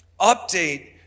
update